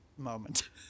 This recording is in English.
moment